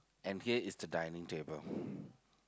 and here is the dining table